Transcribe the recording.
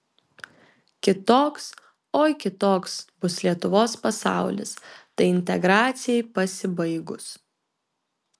kitoks oi kitoks bus lietuvos pasaulis tai integracijai pasibaigus